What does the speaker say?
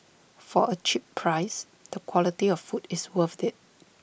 for A cheap price the quality of food is worth IT